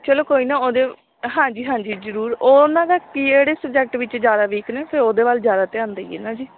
ਚਲੋ ਕੋਈ ਨਾ ਉਹਦੇ ਹਾਂਜੀ ਹਾਂਜੀ ਜ਼ਰੂਰ ਉਹ ਉਹਨਾਂ ਦਾ ਕੀ ਕਿਹੜੇ ਸਬਜੈਕਟ ਵਿੱਚ ਜ਼ਿਆਦਾ ਵੀਕ ਨੇ ਫਿਰ ਉਹਦੇ ਵੱਲ ਜ਼ਿਆਦਾ ਧਿਆਨ ਦਈਏ ਨਾ ਜੀ